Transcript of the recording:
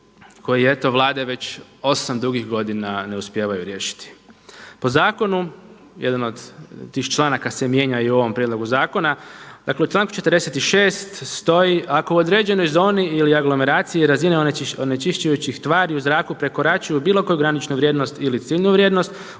koji eto Vlade već 8 dugih godina ne uspijevaju riješiti. Po zakonu jedan od tih članaka se mijenja i u ovom prijedlogu zakona. Dakle, u članku 46. stoji ako u određenoj zoni ili aglomeraciji razina onečišćujućih tvari u zraku prekoračuju bilo koju graničnu vrijednost ili ciljnu vrijednost,